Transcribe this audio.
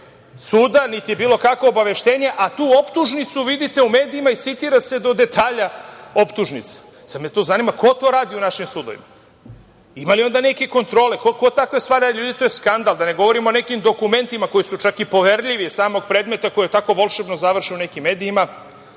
suda, niti bilo kakvo obaveštenje, a tu optužnicu vidite u medijima i citira se do detalja optužnica. Sada me zanima - ko to radi u našim sudovima? Ima li ovde neke kontrole, ko takve stvari radi? Ljudi, to je skandal. Da ne govorim o nekim dokumentima koji su čak i poverljivi iz samog predmeta koji tako volšebno završe u nekim medijima